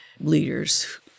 leaders